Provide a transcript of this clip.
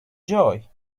joy